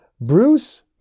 Bruce